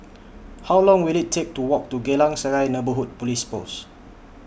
How Long Will IT Take to Walk to Geylang Serai Neighbourhood Police Post